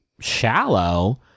shallow